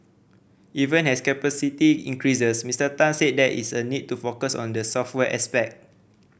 even as capacity increases Mister Tan said there is a need to focus on the software aspect